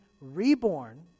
reborn